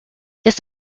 this